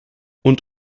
und